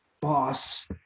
boss